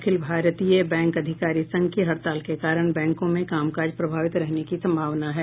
अखिल भारतीय बैंक अधिकारी संघ की हड़ताल के कारण बैंकों में कामकाज प्रभावित रहने की सम्भावना है